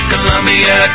Columbia